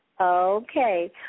Okay